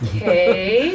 Okay